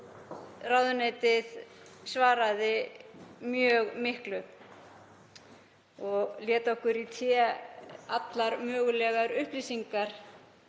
ráðuneytið mjög miklu og lét okkur í té allar mögulegar upplýsingar